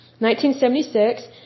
1976